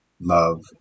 love